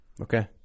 Okay